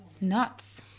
nuts